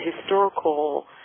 historical